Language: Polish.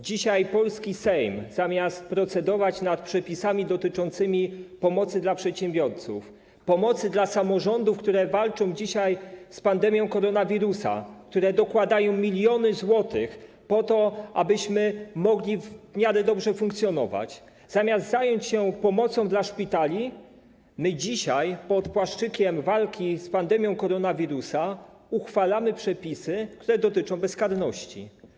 Dzisiaj polski Sejm zamiast procedować nad przepisami dotyczącymi pomocy dla przedsiębiorców, pomocy dla samorządów, które walczą z pandemią koronawirusa, które dokładają miliony złotych po to, abyśmy mogli w miarę dobrze funkcjonować, zamiast zająć się pomocą dla szpitali, dzisiaj pod płaszczykiem walki z pandemią koronawirusa uchwala przepisy, które dotyczą bezkarności.